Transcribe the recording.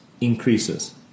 increases